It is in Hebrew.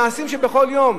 אלה מעשים שבכל יום.